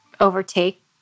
overtake